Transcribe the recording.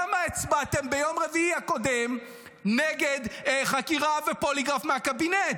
למה הצבעתם ביום רביעי הקודם נגד חקירה ופוליגרף מהקבינט?